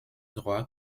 droits